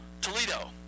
Toledo